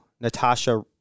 Natasha